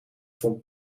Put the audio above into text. vond